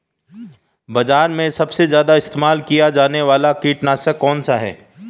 बाज़ार में सबसे ज़्यादा इस्तेमाल किया जाने वाला कीटनाशक कौनसा है?